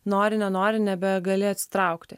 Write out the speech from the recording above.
nori nenori nebegali atsitraukti